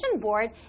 board